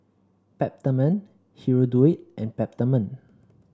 Peptamen Hirudoid and Peptamen